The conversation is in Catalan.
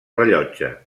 rellotge